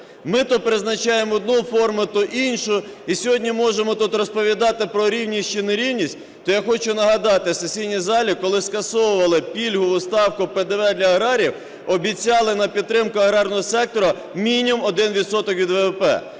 Ми то призначаємо одну форму, то іншу, і сьогодні можемо тут розповідати про рівність чи нерівність. То я хочу нагадати сесійній залі: коли скасовували пільгову ставку ПДВ для аграріїв, обіцяли на підтримку аграрного сектора мінімум 1 відсоток